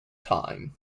time